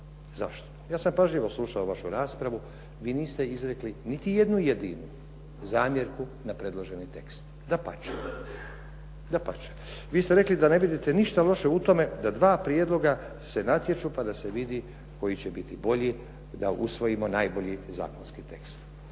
Zašto? Ja sam pažljivo slušao vašu raspravu. Vi niste izrekli niti jednu jedinu zamjerku na predloženi tekst. Dapače, vi ste rekli da ne vidite ništa loše u tome da dva prijedloga se natječu pa da se vidi koji će biti bolji da usvojimo najbolji zakonski tekst.